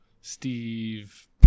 Steve